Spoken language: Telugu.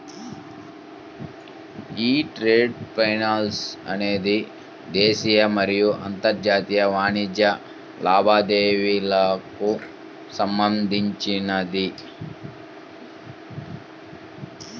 యీ ట్రేడ్ ఫైనాన్స్ అనేది దేశీయ మరియు అంతర్జాతీయ వాణిజ్య లావాదేవీలకు సంబంధించినది